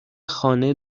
خانه